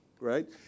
right